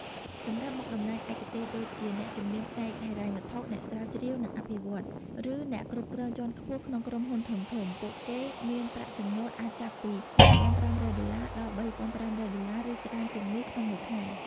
សម្រាប់មុខតំណែងឯកទេសដូចជា អ្នកជំនាញផ្នែកហិរញ្ញវត្ថុ អ្នកស្រាវជ្រាវ និងអភិវឌ្ឍន៍ ឬអ្នកគ្រប់គ្រងជាន់ខ្ពស់ក្នុងក្រុមហ៊ុនធំៗ ពួកគេមានប្រាក់ចំណូលអាចចាប់ពី ១,៥០០ ដុល្លារ ដល់ ៣,៥០០ ដុល្លារ ឬច្រើនជាងនេះ ក្នុងមួយខែ។